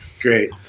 Great